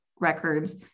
records